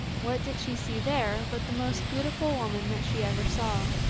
what did she see there but the most beautiful woman that she ever saw.